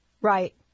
Right